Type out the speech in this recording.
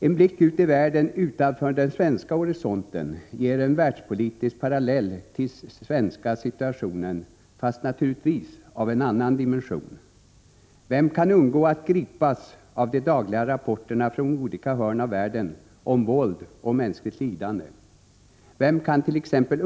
En blick ut i världen utanför den svenska horisonten ger en världspolitisk parallell till dagens svenska situation, fast naturligtvis av en annan dimension. Vem kan undgå att gripas av de dagliga rapporterna från olika hörn av världen om våld och mänskligt lidande? Vem kant.ex.